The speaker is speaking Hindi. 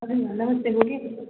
नमस्ते बोलिए